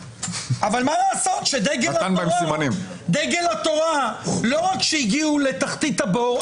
אבל מה לעשות שדגל התורה לא רק שהגיעו לתחתית הבור,